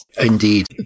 Indeed